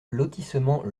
lotissement